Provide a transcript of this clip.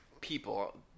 people